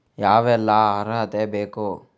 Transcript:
ಯಾವೆಲ್ಲ ಅರ್ಹತೆ ಬೇಕು?